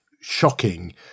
shocking